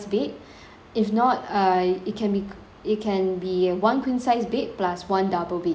if not I it can be it can be one queen size bed plus one double bed